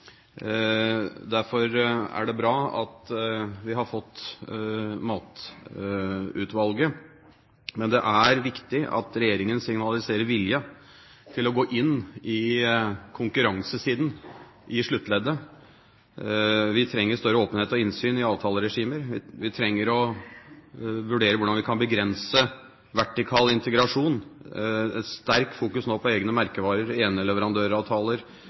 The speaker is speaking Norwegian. Derfor er det bra at vi har fått Matkjedeutvalget. Men det er viktig at regjeringen signaliserer vilje til å gå inn i konkurransesiden i sluttleddet. Vi trenger større åpenhet og innsyn i avtaleregimer. Vi trenger å vurdere hvordan vi kan begrense vertikal integrasjon – et sterkt fokus på egne merkevarer,